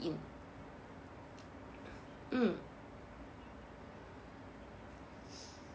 in mm